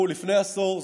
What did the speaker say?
לפני עשור,